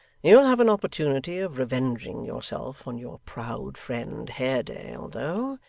you'll have an opportunity of revenging yourself on your proud friend haredale, though,